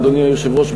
אדוני היושב-ראש,